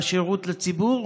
בשירות לציבור?